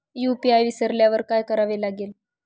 UPI विसरल्यावर काय करावे लागेल?